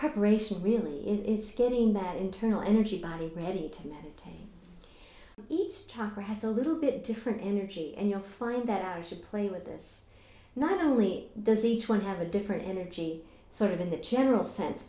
preparation really is getting that internal energy body ready to take each chakra has a little bit different energy and you'll find that you should play with this not only does each one have a different energy sort of in the general sense